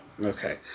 Okay